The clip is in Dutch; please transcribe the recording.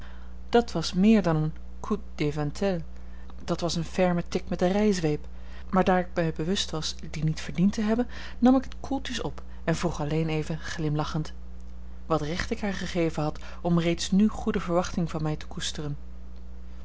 dat was meer dan een coup d'éventail dat was een ferme tik met de rijzweep maar daar ik mij bewust was dien niet verdiend te hebben nam ik het koeltjes op en vroeg alleen even glimlachend wat recht ik haar gegeven had om reeds nu goede verwachting van mij te koesteren